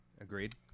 Agreed